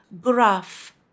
graph